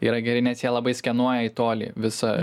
yra geri nes jie labai skenuoja į tolį visą